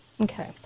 Okay